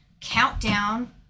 countdown